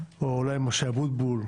או אולי משה אבוטבול,